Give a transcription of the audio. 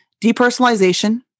depersonalization